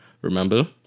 Remember